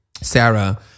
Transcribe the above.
Sarah